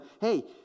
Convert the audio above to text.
Hey